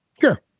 Sure